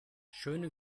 schöne